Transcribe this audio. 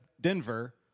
Denver